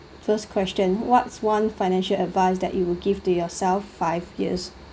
first question what's one financial advice that you will give to yourself five years